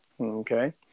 Okay